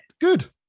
good